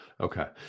Okay